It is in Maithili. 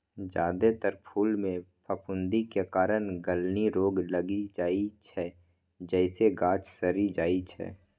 जादेतर फूल मे फफूंदी के कारण गलनी रोग लागि जाइ छै, जइसे गाछ सड़ि जाइ छै